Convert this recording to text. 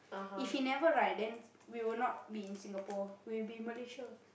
if he never right then we will not be in Singapore we'll be in Malaysia